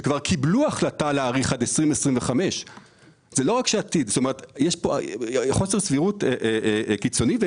קיבלו החלטה להאריך עד 2025. יש פה חוסר סבירות קיצוני.